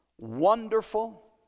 Wonderful